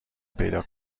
پیدا